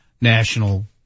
national